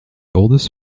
oldest